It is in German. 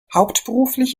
hauptberuflich